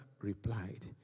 replied